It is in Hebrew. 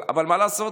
אבל מה לעשות,